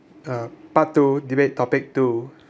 uh part two debate topic two